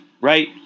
right